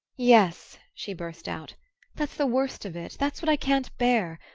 yes, she burst out that's the worst of it that's what i can't bear.